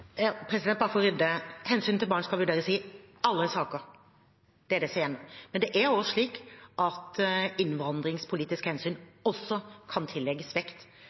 Bare for å rydde: Hensynet til barn skal vurderes i alle saker. Det er punkt én. Men innvandringspolitiske hensyn kan også tillegges vekt. Det er